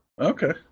Okay